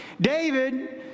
David